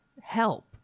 help